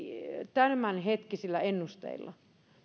tämänhetkisillä ennusteilla